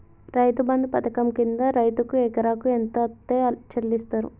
రైతు బంధు పథకం కింద రైతుకు ఎకరాకు ఎంత అత్తే చెల్లిస్తరు?